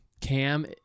Cam